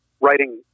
writing